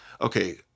okay